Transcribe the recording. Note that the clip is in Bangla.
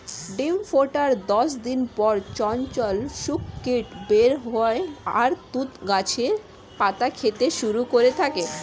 ডিম ফোটার দশ দিন পর চঞ্চল শূককীট বের হয় আর তুঁত গাছের পাতা খেতে শুরু করে থাকে